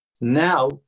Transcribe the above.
now